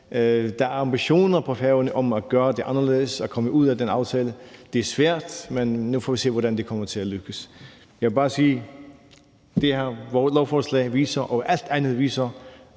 Der er ambitioner på Færøerne om at gøre det anderledes, at komme ud af den aftale. Det er svært, men nu får vi se, hvordan det kommer til at lykkes. Jeg vil bare sige, at det her lovforslag og alt andet viser,